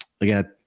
Again